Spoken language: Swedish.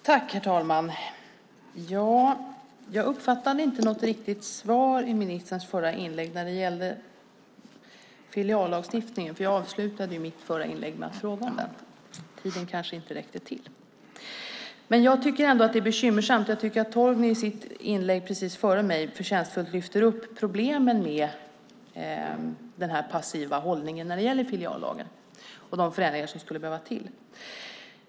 Herr talman! Jag uppfattade inte riktigt något svar i ministerns förra inlägg när det gällde filiallagstiftningen. Jag avslutade mitt förra inlägg genom att ställa en fråga om den. Tiden kanske inte räckte till. Jag tycker ändå att detta är bekymmersamt. Torgny lyfte i sitt inlägg före mig förtjänstfullt upp problemet med den passiva hållningen när det gäller de förändringar som behövs i filiallagen.